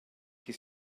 qui